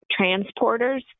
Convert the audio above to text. transporters